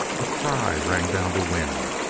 a cry rang down the wind.